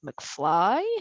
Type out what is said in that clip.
mcfly